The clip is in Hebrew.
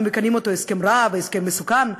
מכנים אותו "הסכם רע" ו"הסכם מסוכן".